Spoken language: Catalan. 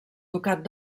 ducat